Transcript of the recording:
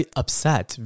upset